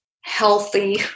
healthy